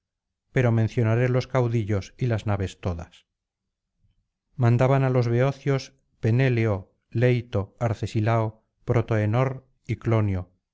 pero mencionaré los caudillos y las naves todas mandaban á los beocios penéleo leito arcesilao protoenor